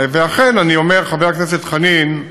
אכן, אני אומר, חבר הכנסת חנין,